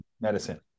medicine